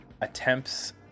attempts